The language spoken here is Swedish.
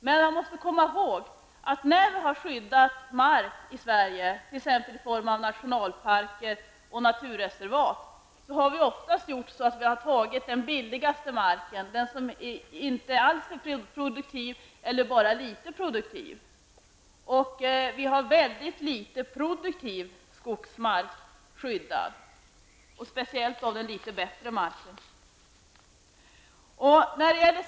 Men man måste komma ihåg att när vi har skyddat mark här i Sverige, t.ex. i form av nationalparker och naturreservat, har vi ofta tagit den billigaste marken, mark som inte är alltför produktiv, medan mycket litet av den produktiva skogsmarken har skyddats. Det gäller framför allt den litet bättre produktiva marken.